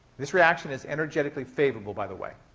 this reaction is energetically favorable, by the way.